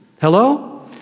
Hello